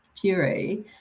Fury